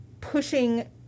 pushing